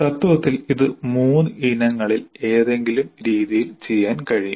തത്വത്തിൽ ഇത് 3 ഇനങ്ങളിൽ ഏതെങ്കിലും രീതിയിൽ ചെയ്യാൻ കഴിയും